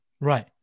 Right